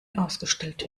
ausgestellt